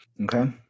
Okay